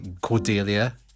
Cordelia